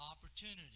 opportunity